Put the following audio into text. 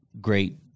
great